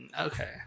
okay